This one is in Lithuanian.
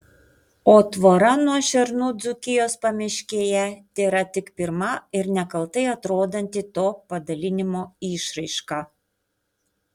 o tvora nuo šernų dzūkijos pamiškėje tėra tik pirma ir nekaltai atrodanti to padalinimo išraiška